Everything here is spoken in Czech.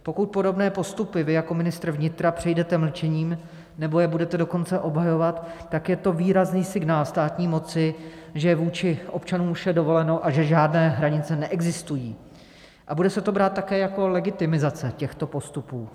Pokud podobné postupy vy jako ministr vnitra přejdete mlčením, nebo je budete dokonce obhajovat, tak je to výrazný signál státní moci, že vůči občanům je vše dovoleno a že žádné hranice neexistují, a bude se to brát také jako legitimizace těchto postupů.